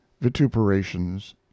vituperations